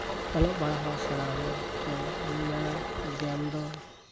ᱚᱞᱚᱜ ᱯᱟᱲᱟᱦᱟᱜ ᱦᱚᱸ ᱥᱮᱬᱟᱭ ᱦᱩᱭᱩᱜ ᱟ ᱛᱚ ᱤᱧᱤᱧ ᱢᱮᱱᱟ ᱜᱮᱢ ᱫᱚ